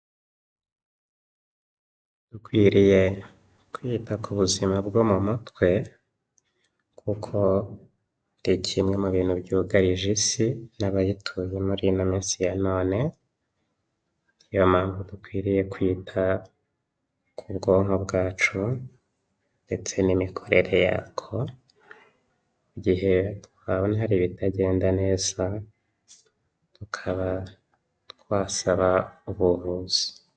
Ukwiriye kwita ku buzima bwo mu mutwe kuko ni kimwe mu bintu byugarije Isi n'abayituye muri ino minsi ya none. Niyo mpamvu dukwiye kwita ku bwonko bwacu ndetse n'imikoere yabwo mu gihe tubonye hari ibitagenda neza tukaba twasaba ubuvuzi.